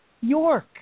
York